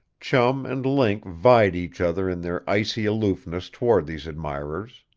chum and link vied each other in their icy aloofness toward these admirers.